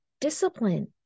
discipline